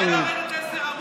אתה מנצל את המיקרופון,